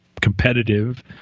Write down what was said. competitive